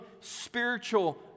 spiritual